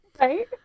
right